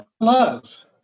Love